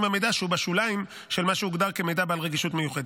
במידע שהוא בשוליים של מה שהוגדר כמידע בעל רגישות מיוחדת.